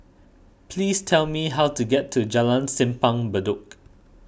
please tell me how to get to Jalan Simpang Bedok